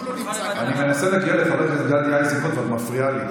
אני מנסה להגיע לחבר הכנסת גדי איזנקוט ואת מפריעה לי.